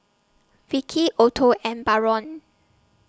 Vickie Otto and Barron